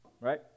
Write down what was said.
Right